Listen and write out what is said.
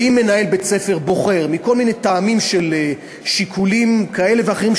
ואם מנהל בית-ספר בוחר מכל מיני טעמים של שיקולים כאלה ואחרים,